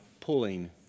pulling